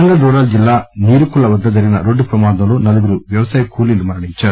Warangal rural జిల్లా నీరుకుల్ల వద్ద జరిగిన రోడ్డు ప్రమాదంలో నలుగురు వ్యవసాయ కూలీలు మరణించారు